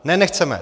Ne, nechceme.